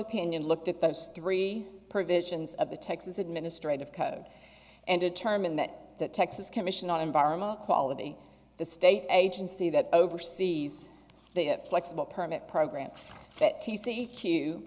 opinion looked at those three provisions of the texas administrative code and determined that the texas commission on environmental quality the state agency that oversees the flexible permit program that t